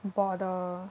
border